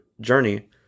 journey